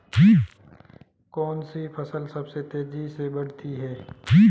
कौनसी फसल सबसे तेज़ी से बढ़ती है?